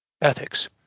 ethics